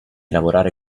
lavorare